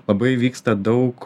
labai vyksta daug